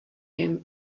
him